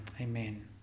amen